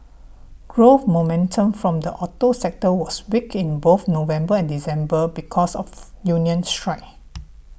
growth momentum from the auto sector was weak in both November and December because of union strikes